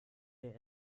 der